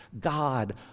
God